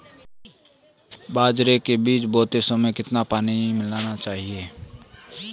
बाजरे के बीज बोते समय कितना पानी मिलाना चाहिए?